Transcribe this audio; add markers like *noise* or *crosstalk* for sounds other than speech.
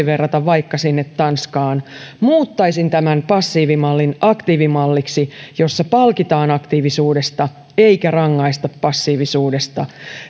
*unintelligible* verrata vaikka sinne tanskaan muuttaisin tämän passiivimallin aktiivimalliksi jossa palkitaan aktiivisuudesta eikä rangaista passiivisuudesta